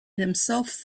himself